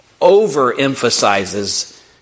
overemphasizes